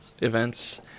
events